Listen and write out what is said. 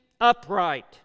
upright